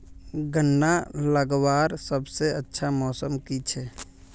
गन्ना लगवार सबसे अच्छा मौसम की छे?